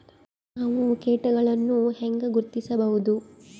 ನಾವು ಕೇಟಗಳನ್ನು ಹೆಂಗ ಗುರ್ತಿಸಬಹುದು?